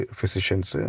physicians